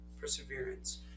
perseverance